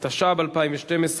התשע"ב 2012,